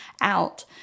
out